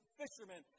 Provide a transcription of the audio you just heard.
fishermen